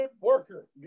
worker